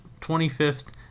25th